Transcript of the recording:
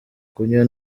kunywa